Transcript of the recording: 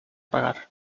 pagar